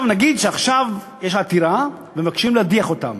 נגיד שעכשיו יש עתירה ומבקשים להדיח אותם,